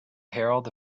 herald